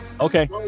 okay